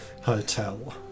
Hotel